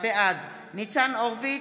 בעד ניצן הורוביץ,